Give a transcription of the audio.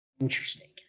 Interesting